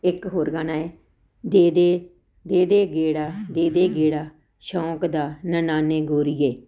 ਇੱਕ ਹੋਰ ਗਾਣਾ ਹੈ ਦੇ ਦੇ ਦੇ ਦੇ ਗੇੜਾ ਦੇ ਦੇ ਗੇੜਾ ਸ਼ੌਕ ਦਾ ਨਨਾਣੇ ਗੋਰੀਏ